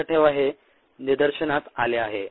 लक्षात ठेवा हे निदर्शनास आले आहे